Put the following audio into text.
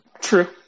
True